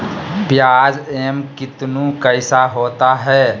प्याज एम कितनु कैसा होता है?